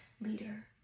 leader